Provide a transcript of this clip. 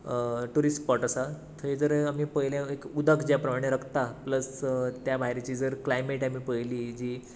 tourist spot आसा थंय जर आमी पळयलें उदक जे प्रमाण रकता प्सल ते भायरची जर क्लायमेट आमी पळयली जी